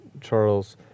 Charles